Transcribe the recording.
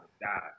die